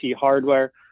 hardware